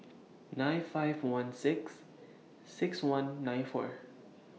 nine five one six six one nine four